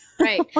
Right